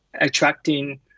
attracting